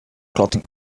clothing